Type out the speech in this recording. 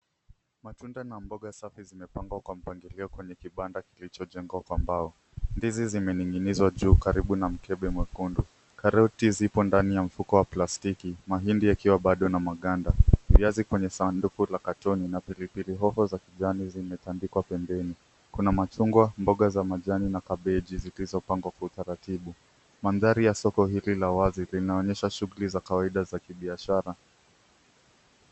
Matunda na boga safi zimepangwa kwa mpangilio kwenye kibada kilicho jengwa kwa mbao. Ndizi zimening'inizwa karibu na mkebe mwekundu, karoti zipo ndani ya mfuko wa plastiki, mahindi yakiwa bado magada, viazi kwenye sanduku la katoni na pipipili hoho za kijani zimetandikwa pembeni. Kuna machungwa boga za majani na kabeji zilizopangwa kwa utaratibu. Mandhari ya soko hili la wazi linaonyesha shughuli za kawaida za kibiashara.